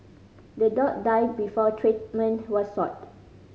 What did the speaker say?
the dog died before treatment was sought